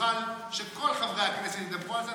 שכל חברי הכנסת ידברו על זה.